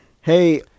Hey